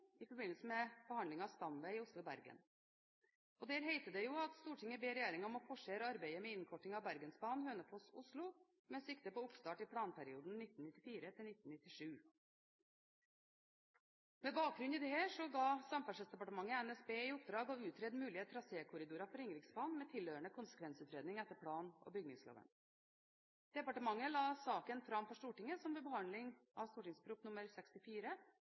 i forbindelse med behandlingen av stamvei Oslo–Bergen. Der heter det: «Stortinget ber regjeringen om å forsere arbeidet med innkorting av Bergensbanen , med sikte på oppstart i planperioden 1994–97.» Med bakgrunn i dette ga Samferdselsdepartementet NSB i oppdrag å utrede mulige trasékorridorer for Ringeriksbanen, med tilhørende konsekvensutredning etter plan- og bygningsloven. Departementet la saken fram for Stortinget, som ved behandling av St.prp. nr. 64